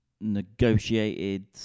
negotiated